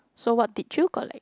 so what did you got like